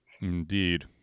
Indeed